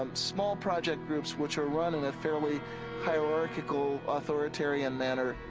um small project groups which are run in a fairly hierarchical authoritarian manner.